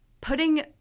putting